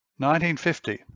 1950